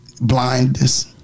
Blindness